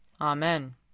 Amen